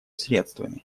средствами